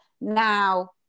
now